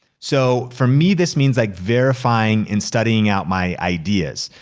so for me this means like verifying and studying out my ideas.